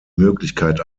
möglichkeit